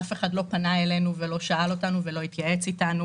אף אחד לא התייעץ איתנו